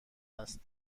است